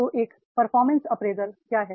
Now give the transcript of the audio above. तो एक performance appraisal क्या है